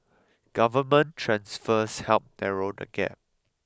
government transfers help narrow the gap